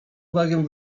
uwagę